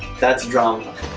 that's drunk